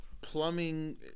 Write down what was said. plumbing